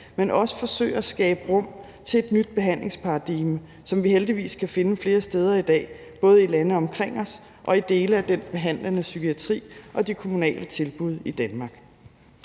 men også forsøger at skabe rum til et nyt behandlingsparadigme, som vi heldigvis kan finde flere steder i dag, både i lande omkring os og i dele af den behandlende psykiatri og de kommunale tilbud i Danmark.